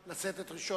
חבר הכנסת נחמן שי,